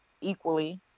equally